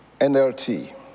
NLT